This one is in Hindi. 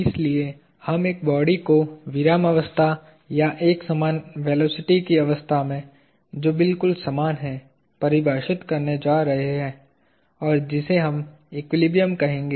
इसलिए हम एक बॉडी को विरामावस्था या एक समान वेलोसिटी की अवस्था में जो बिल्कुल समान है परिभाषित करने जा रहे हैं और जिसे हम एक्विलिब्रियम कहेंगे